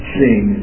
sing